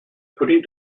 putting